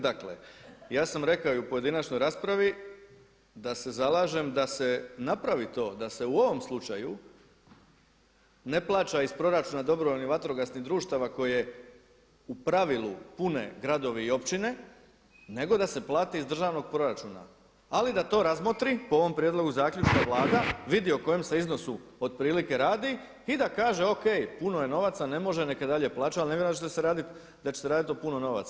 Dakle, ja sam rekao i u pojedinačnoj raspravi da se zalažem da se napravi to da se u ovom slučaju ne plaća iz proračuna dobrovoljnih vatrogasnih društava koje u pravilu pune gradovi i općine nego da se plati iz državnog proračuna ali da to razmotri po ovom prijedlogu zaključka Vlada, vidi o kojem se iznosu otprilike radi i da kaže, O.K, puno je novaca, ne može, neka i dalje plaća ali ne vjerujem da će se raditi o puno novaca.